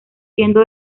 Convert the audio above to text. siendo